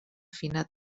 fina